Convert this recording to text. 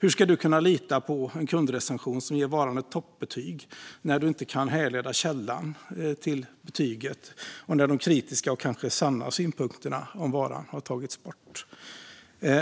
Hur ska du kunna lita på en kundrecension som ger varan ett toppbetyg när du inte kan härleda källan till betyget och när de kritiska och kanske sanna synpunkterna om varan har tagits bort?